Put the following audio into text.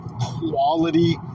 quality